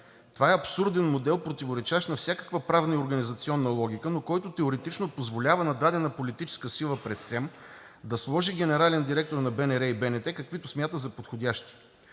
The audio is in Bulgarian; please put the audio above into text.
Това е абсурден модел, противоречащ на всякаква правна и организационна логика, но който теоретично позволява на дадена политическа сила през СЕМ да сложи генерален директор на Българското национално радио